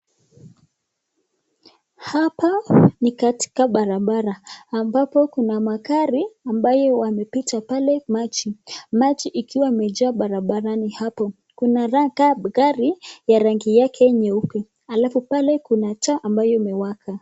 Hapa ni katika barabara ambapo kuna magari ambayo wamepita pale maji ,maji ikiwa imejaa barabarani hapo, kuna gari ya rangi yake nyeupe alafu pale kuna taa ambayo imewaka.